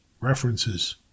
References